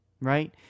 right